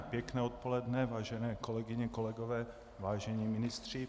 Pěkné odpoledne, vážené kolegyně, kolegové, vážení ministři.